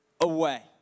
away